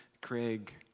Craig